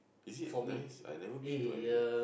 is it nice I never been to m_b_s